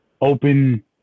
open